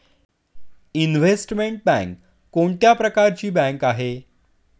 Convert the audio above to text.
Investment bank कोणत्या प्रकारची bank आहे?